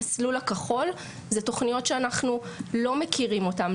המסלול הכחול זה תוכניות שאנחנו לא מכירים אותן,